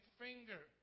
finger